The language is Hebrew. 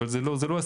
אבל זה לא הסיפור,